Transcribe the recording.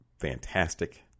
fantastic